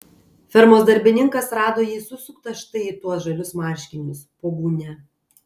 fermos darbininkas rado jį susuktą štai į tuos žalius marškinius po gūnia